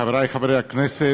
חברי חברי הכנסת,